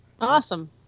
Awesome